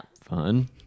Fun